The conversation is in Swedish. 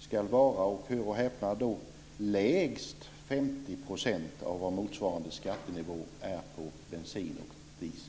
ska vara - hör och häpna! - lägst 50 % av vad motsvarande skattenivå är på bensin och diesel.